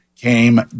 came